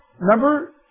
Number